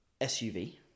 SUV